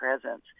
presence